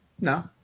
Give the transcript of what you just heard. No